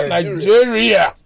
Nigeria